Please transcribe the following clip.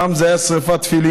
פעם זה היה שרפת תפילין,